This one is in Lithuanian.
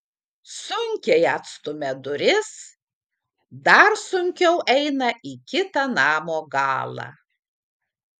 sunkiai atstumia duris dar sunkiau eina į kitą namo galą